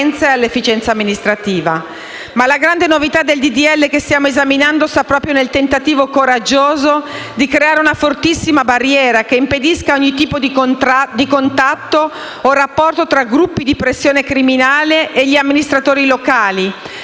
La grande novità del disegno di legge che stiamo esaminando, però, sta proprio nel tentativo coraggioso di creare una fortissima barriera, che impedisca ogni tipo di contatto o rapporto tra gruppi di pressione criminale e gli amministratori locali,